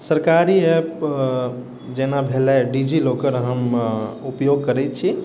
सरकारी ऐप जेना भेलै डी जी लोकर हम उपयोग करैत छी